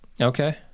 Okay